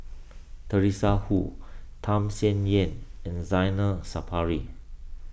Teresa Hsu Tham Sien Yen and Zainal Sapari